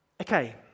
Okay